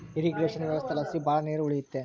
irrigation ವ್ಯವಸ್ಥೆಲಾಸಿ ಭಾಳ ನೀರ್ ಉಳಿಯುತ್ತೆ